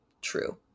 true